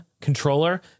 controller